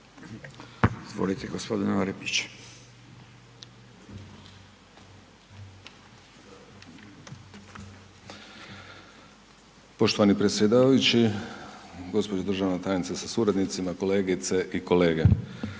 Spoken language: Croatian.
Izvolite gospodine Mišić.